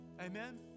Amen